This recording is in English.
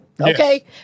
Okay